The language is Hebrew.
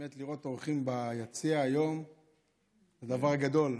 לראות אורחים ביציע היום זה דבר גדול.